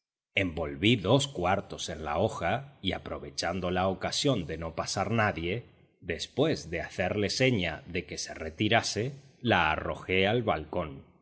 envolví dos cuartos en la hoja y aprovechando la ocasión de no pasar nadie después de hacerle seña de que se retirase la arrojé al balcón